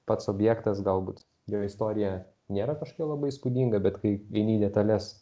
pats objektas galbūt jo istorija nėra kažkokia labai įspūdinga bet kai eini į detales